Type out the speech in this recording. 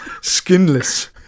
skinless